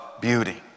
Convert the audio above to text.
beauty